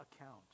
account